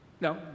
No